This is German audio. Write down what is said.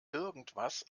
irgendwas